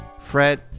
Fred